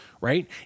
right